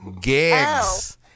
Gigs